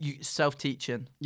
self-teaching